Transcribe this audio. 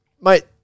mate